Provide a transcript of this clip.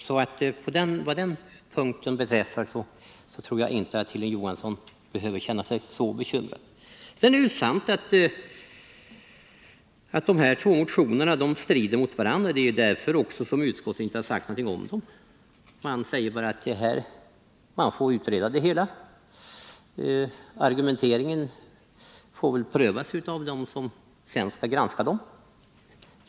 På den punkten tror jag inte att Hilding Johansson 9 april 1980 behöver känna sig bekymrad. Sedan är det sant att de här två motionerna strider mot varandra. Det är därför som utskottet inte har sagt något annat om dem än att man får utreda frågan. Argumenteringen får väl prövas av dem som sedan skall granska motionerna.